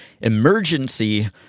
emergency